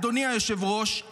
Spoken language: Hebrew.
אדוני היושב-ראש,